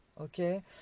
okay